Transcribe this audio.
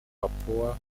papua